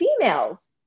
females